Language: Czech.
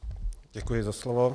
Děkuji za slovo.